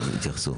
הם יתייחסו.